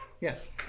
Yes